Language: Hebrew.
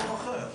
זה סיפור אחר.